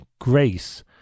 grace